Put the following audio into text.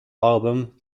album